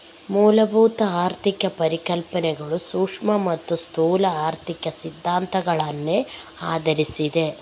ಮೂಲಭೂತ ಆರ್ಥಿಕ ಪರಿಕಲ್ಪನೆಗಳು ಸೂಕ್ಷ್ಮ ಮತ್ತೆ ಸ್ಥೂಲ ಆರ್ಥಿಕ ಸಿದ್ಧಾಂತಗಳನ್ನ ಆಧರಿಸಿದೆ